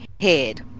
head